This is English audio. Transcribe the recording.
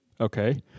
Okay